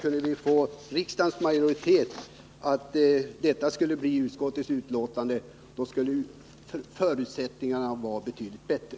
Kunde vi få riksdagens majoritet för det, skulle förutsättningarna för laboratoriets verksamhet bli mycket bättre.